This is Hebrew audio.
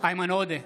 איימן עודה,